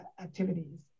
activities